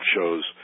shows